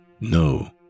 No